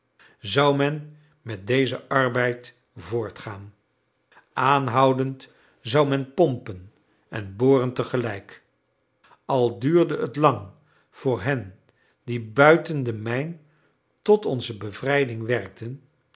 zou men met dezen arbeid voortgaan aanhoudend zou men pompen en boren tegelijk al duurde het lang voor hen die buiten de mijn tot onze bevrijding werkten